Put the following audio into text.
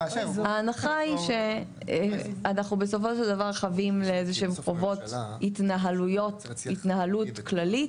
ההנחה היא שאנחנו בסופו של דבר חבים לחובות התנהלות כללית,